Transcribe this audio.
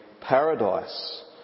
paradise